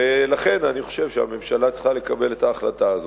ולכן אני חושב שהממשלה צריכה לקבל את ההחלטה הזאת.